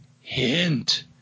hint